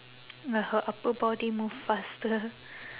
her upper body move faster